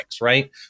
right